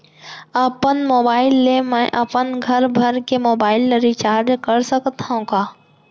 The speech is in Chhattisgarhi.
अपन मोबाइल ले मैं अपन घरभर के मोबाइल ला रिचार्ज कर सकत हव का?